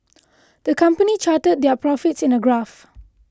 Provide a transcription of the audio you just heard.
the company charted their profits in a graph